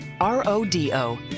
R-O-D-O